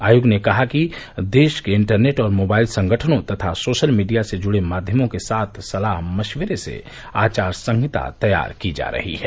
आयोग ने कहा कि देश के इंटरनेट और मोबाईल संगठनों तथा सोशल मीडिया से जुड़े माध्यमों के साथ सलाह मशविरे से आचार संहिता तैयार की जा रही है